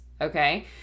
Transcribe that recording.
okay